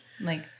Like-